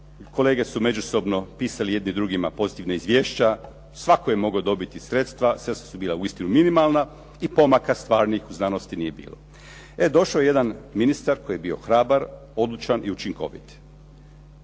kolege su međusobno pisali jedni drugima pozitivna izvješća, svatko je mogao dobiti sredstva, sredstva su bila uistinu minimalna i pomaka stvarnih u znanosti nije bilo. Došao je jedan ministar koji je bio hrabar, odlučan i učinkovit.